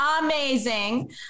amazing